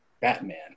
Batman